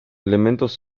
elementos